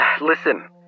Listen